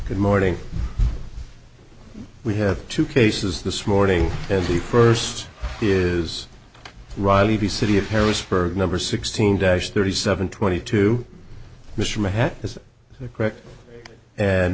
good morning we have two cases this morning as the first is riley the city of harrisburg number sixteen dash thirty seven twenty two mr my hat is the correct and